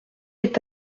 est